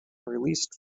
released